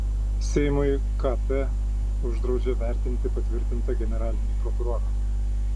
seimui kt uždraudžia vertinti patvirtintą generalinį prokurorą